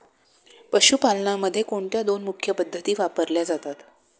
पशुपालनामध्ये कोणत्या दोन मुख्य पद्धती वापरल्या जातात?